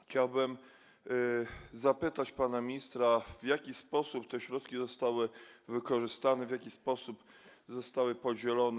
Chciałbym zapytać pana ministra: W jaki sposób te środki zostały wykorzystane, w jaki sposób zostały podzielone?